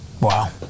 Wow